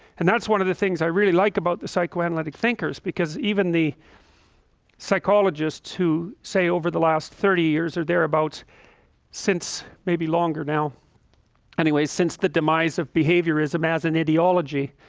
and that's one of the things i really like about the psychoanalytic thinkers because even the psychologists who say over the last thirty years are they're about since maybe longer now anyways, since the demise of behaviorism as an ideology